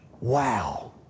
wow